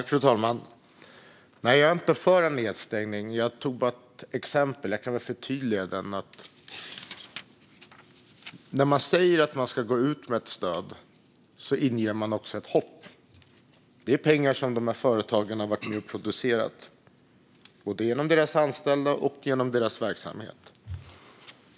Fru talman! Nej, jag är inte för en nedstängning. Jag tog det bara som ett exempel, men låt mig förtydliga det hela. När man säger att det kommer ett stöd inger man också ett hopp. Det här är pengar som företagen har varit med och producerat genom både sina anställda och sin verksamhet.